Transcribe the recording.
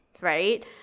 right